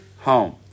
home